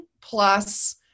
plus